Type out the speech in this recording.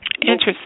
Interesting